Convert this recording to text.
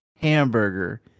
hamburger